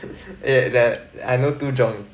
eh that I know two jongs